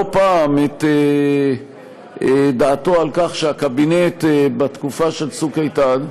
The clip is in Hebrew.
פעם את דעתו על כך שהקבינט בתקופה של צוק איתן,